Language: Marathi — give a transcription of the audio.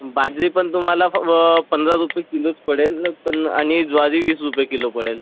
बाजरी पण तुम्हाला फ पंधरा रुपये किलोच पडेल पण आणि ज्वारी वीस रुपये किलो पडेल